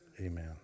Amen